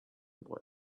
boy